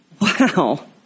Wow